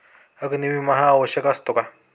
अग्नी विमा हा आवश्यक असतो का?